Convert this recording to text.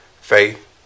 faith